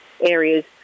areas